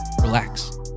relax